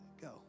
go